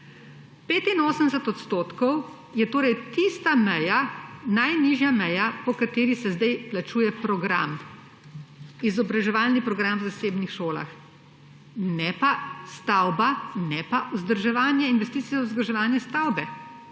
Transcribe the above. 85 % je torej tista meja, najnižja meja, po kateri se zdaj plačuje program, izobraževalni program v zasebnih šolah, ne pa stavba, ne pa vzdrževanje, investicijsko vzdrževanje stavbe,